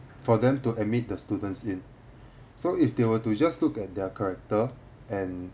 for them to admit the students in so if they were to just look at their character and